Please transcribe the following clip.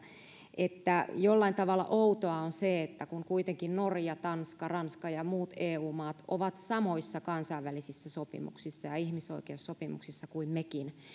että jollain tavalla outoa on se että kun kuitenkin norja tanska ranska ja muut eu maat ovat samoissa kansainvälisissä sopimuksissa ja ihmisoikeussopimuksissa kuin mekin